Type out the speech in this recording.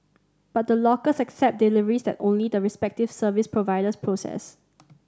but the lockers accept deliveries that only the respective service providers process